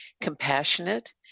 compassionate